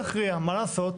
לא הכריע, מה לעשות?